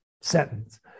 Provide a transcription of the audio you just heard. sentence